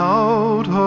out